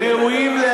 ומקבלים הטבה,